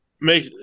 make